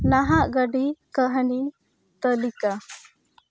ᱱᱟᱦᱟᱜ ᱜᱟᱹᱰᱤ ᱠᱟᱹᱦᱟᱹᱱᱤ ᱛᱟᱹᱞᱤᱠᱟ